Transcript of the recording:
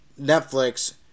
Netflix